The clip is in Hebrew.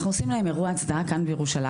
אנחנו עושים להם אירוע הצדעה כאן בירושלים